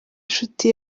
nshuti